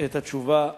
את התשובה כדלהלן: